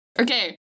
Okay